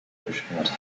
beschwert